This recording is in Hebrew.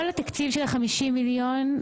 כל התקציב של ה-50 מיליון,